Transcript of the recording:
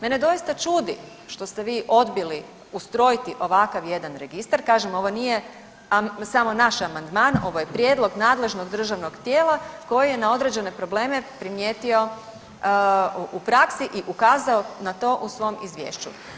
Mene doista čudi što ste vi odbili ustrojiti ovakav jedan registar, kažem ovo nije samo naš amandman ovo je prijedlog nadležnog državnog tijela koji je na određene primijetio u praksi i ukazao na to u svom izvješću.